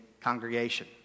congregation